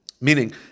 Meaning